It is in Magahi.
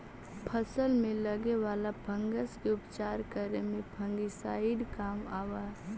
फसल में लगे वाला फंगस के उपचार करे में फंगिसाइड काम आवऽ हई